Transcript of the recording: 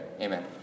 Amen